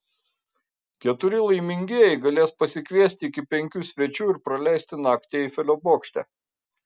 keturi laimingieji galės pasikviesti iki penkių svečių ir praleisti naktį eifelio bokšte